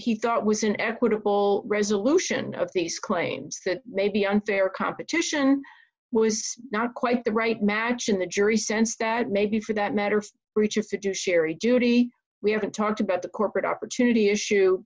he thought was an equitable resolution of these claims that maybe unfair competition was not quite the right match and the jury sensed that maybe for that matter to reach a secure sherry judy we haven't talked about the corporate opportunity issue